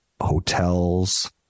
hotels